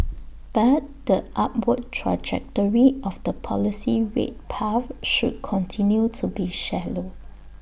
but the upward trajectory of the policy rate path should continue to be shallow